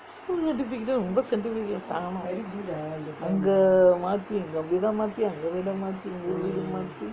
school certificate உம் ரொம்ப:um romba certificate காணோம் அங்கே மாத்தி இங்கே வீடே மாத்தி அங்கே வீடே மாத்தி இங்கே வீடே மாத்தி:kaanom angae maathi ingae veedae maaathi angae veedae maathi ingae veedae maathi